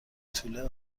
توله